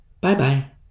Bye-bye